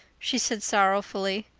she said sorrowfully.